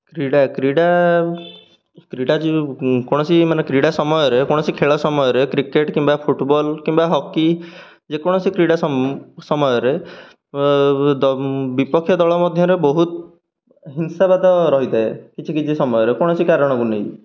କ୍ରୀଡ଼ା କ୍ରୀଡ଼ା କ୍ରୀଡ଼ା କୌଣସି ମାନେ କ୍ରୀଡ଼ା ସମୟରେ କୌଣସି ଖେଳ ସମୟରେ କ୍ରିକେଟ୍ କିମ୍ବା ଫୁଟ୍ବଲ୍ କିମ୍ବା ହକି ଯେକୌଣସି କ୍ରୀଡ଼ା ସମୟରେ ବିପକ୍ଷ ଦଳ ମଧ୍ୟରେ ବହୁତ ହିଂସାବାଦ ରହିଥାଏ କିଛି କିଛି ସମୟରେ କୌଣସି କାରଣକୁ ନେଇକି